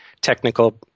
technical